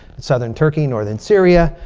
southern turkey, northern syria.